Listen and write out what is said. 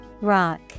Rock